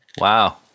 Wow